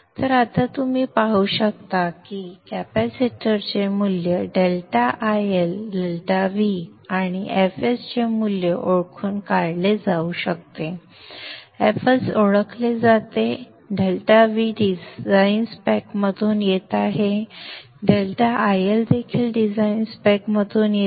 तर आत्ता तुम्ही पाहू शकता की कॅपेसिटरचे मूल्य ∆IL ∆V आणि fs चे मूल्य ओळखून काढले जाऊ शकते fs ओळखले जाते ∆V डिझाईन स्पेकमधून येत आहे ∆IL देखील डिझाइन स्पेकमधून येते